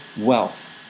wealth